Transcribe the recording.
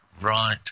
right